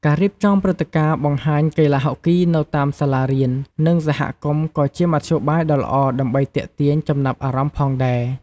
ការរៀបចំព្រឹត្តិការណ៍បង្ហាញកីឡាហុកគីនៅតាមសាលារៀន និងសហគមន៍ក៏ជាមធ្យោបាយដ៏ល្អដើម្បីទាក់ទាញចំណាប់អារម្មណ៍ផងដែរ។